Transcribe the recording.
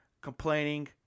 complaining